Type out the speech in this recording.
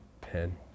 pen